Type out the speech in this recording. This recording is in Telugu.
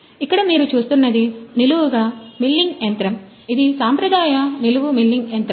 ఇక్కడ మీరు చేస్తున్నది నిలువు మిల్లింగ్ యంత్రం ఇది సాంప్రదాయ సాంప్రదాయ నిలువు మిల్లింగ్ యంత్రం